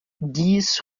dix